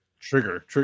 trigger